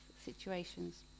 situations